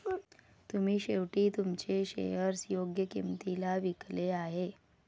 तुम्ही शेवटी तुमचे शेअर्स योग्य किंमतीला विकले आहेत